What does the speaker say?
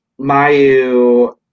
Mayu